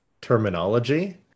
terminology